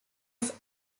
some